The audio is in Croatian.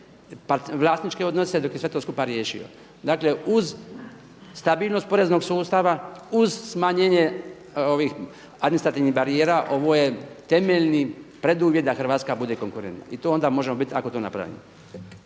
vlasničke odnose dok je sve to skupa riješio. Dakle uz stabilnost poreznog sustava, uz smanjenje administrativnih barijera ovo je temeljni preduvjet da Hrvatska bude konkurentna i to onda možemo biti ako to napravimo.